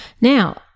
Now